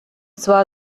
zwar